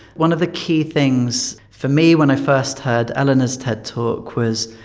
one of the key things for me when i first heard eleanor's ted talk was,